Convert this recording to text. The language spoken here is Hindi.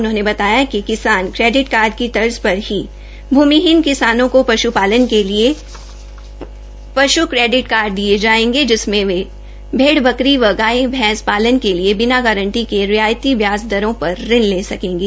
उन्होंने बताया कि किसान क्रेडिट कार्ड की तर्ज पर ही भूमिहीन किसानों को पशुपालन के लिए पशु क्रेडिट दिए जाएंगे जिसमें वे भेड़ बकरी व गाय शैंस पालन के लिए बिना गारंटी के रियायती ब्याज दरों पर ऋण ले सकेंगे